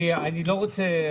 אני לא רוצה,